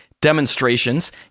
demonstrations